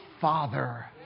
father